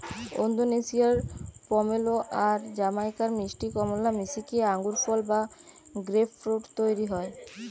ওন্দোনেশিয়ার pomelo আর জামাইকার মিষ্টি কমলা মিশিকি আঙ্গুরফল বা গ্রেপফ্রূট তইরি হয়